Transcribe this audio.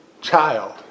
child